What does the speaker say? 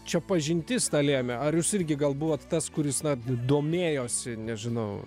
čia pažintis ta lėmė ar jūs irgi gal buvot tas kuris na domėjosi nežinau